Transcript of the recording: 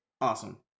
awesome